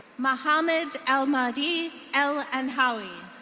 muhammad el-mahdi el-enhowi.